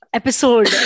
episode